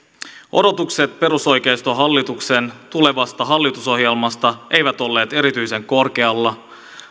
odotukset perusoikeistohallituksen tulevasta hallitusohjelmasta eivät olleet erityisen korkealla